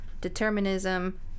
Determinism